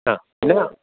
ആ പിന്നെ